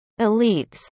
elites